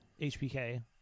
HPK